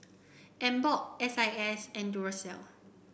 Emborg S I S and Duracell